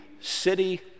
City